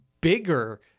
bigger